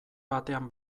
batean